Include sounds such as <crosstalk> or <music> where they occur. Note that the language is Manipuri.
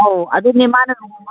ꯑꯧ ꯑꯗꯨꯅꯦ ꯃꯥꯅ <unintelligible>